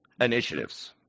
initiatives